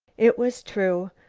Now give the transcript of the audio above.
it was true.